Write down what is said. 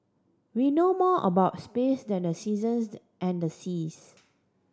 we know more about space than the seasons and the seas